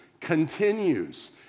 continues